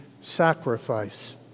sacrifice